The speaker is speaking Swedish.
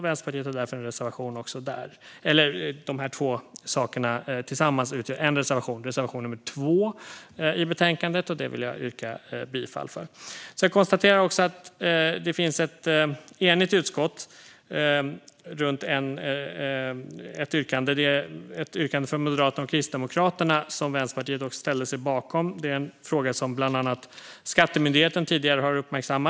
Vänsterpartiet har därför en reservation nummer 2 i betänkandet, vilken jag yrkar bifall till. Jag konstaterar också att det finns ett enigt utskott om ett yrkande från Moderaterna och Kristdemokraterna som också Vänsterpartiet ställer sig bakom. Det är en fråga som bland andra Skattemyndigheten tidigare har uppmärksammat.